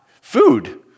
food